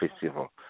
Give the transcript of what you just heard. festival